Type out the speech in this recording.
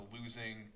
losing